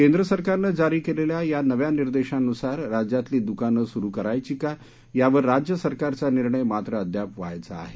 केंद्र सरकारनं जारी केलेल्या या नव्या निर्देशांनुसार राज्यातली दुकानं सुरू करायची का यावर राज्य सरकारचा निर्णय मात्र अद्याप व्हायचा आहे